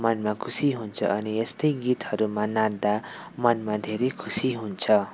मनमा खुसी हुन्छ अनि यस्तै गीतहरूमा नाच्दा मनमा धेरै खुसी हुन्छ